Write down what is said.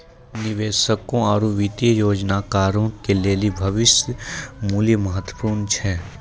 निवेशकों आरु वित्तीय योजनाकारो के लेली भविष्य मुल्य महत्वपूर्ण छै